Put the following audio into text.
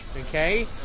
okay